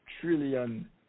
trillion